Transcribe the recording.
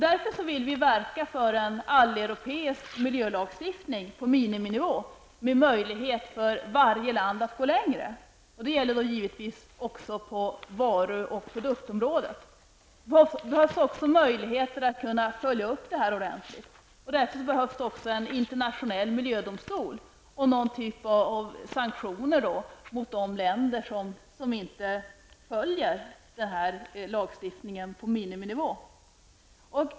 Därför vill vi verka för en alleuropeisk miljölagstiftning på miniminivå, med möjlighet för varje land att gå längre. Det gäller givetvis också på produktområdet. Det måste vara möjligt att följa upp detta ordentligt. Därför behövs en internationell miljödomstol och någon typ av sanktioner mot de länder som inte följer den här lagstiftningen på miniminivå.